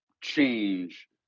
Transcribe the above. change